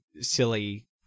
silly